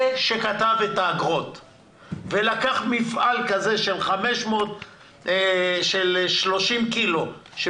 זה שכתב את האגרות ולקח מפעל כזה של 30 קילו ליום,